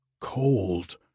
Cold